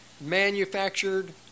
manufactured